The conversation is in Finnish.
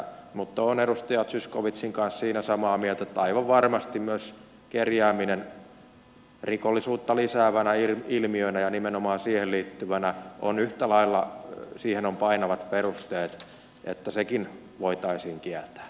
mutta olen edustaja zyskowiczin kanssa siinä samaa mieltä että aivan varmasti on yhtä lailla painavat perusteet että myös kerjääminen rikollisuutta lisäävänä ilmiönä ja nimenomaan siihen liittyvänä on yhtä lailla siihen on painavat perusteet että sekin voitaisiin kieltää